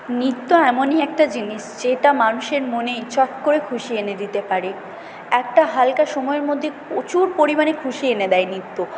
নৃত্য এমনই একটা জিনিস যেটা মানুষের মনে চট করে খুশি এনে দিতে পারে একটা হালকা সময়ের মধ্যে প্রচুর পরিমাণে খুশি এনে দেয় নৃত্য